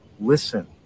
Listen